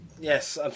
Yes